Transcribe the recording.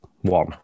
one